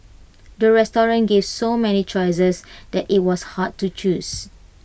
the restaurant gave so many choices that IT was hard to choose